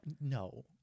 No